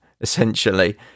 essentially